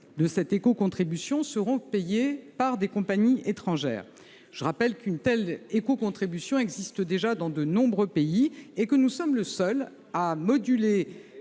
les deux tiers en seront payés par des compagnies étrangères. Je rappelle qu'une telle contribution existe déjà dans de nombreux pays et que nous sommes le seul à la moduler